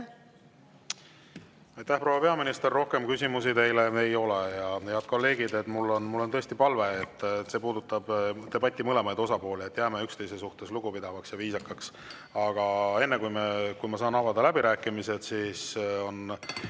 proua peaminister! Rohkem küsimusi teile ei ole. Head kolleegid! Mul on tõesti palve – see puudutab debati mõlemaid osapooli –, et jääme üksteise suhtes lugupidavaks ja viisakaks. Aga enne kui ma saan avada läbirääkimised, on